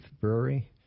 Brewery